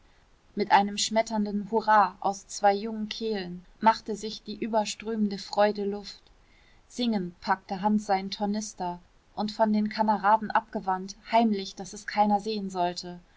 mit einem schmetternden hurra aus zwei jungen kehlen machte sich die überströmende freude luft singend packte hans seinen tornister und von den kameraden abgewandt heimlich daß keiner es sehen sollte